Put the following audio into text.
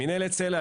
מנהלת סלע,